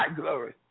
glory